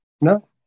no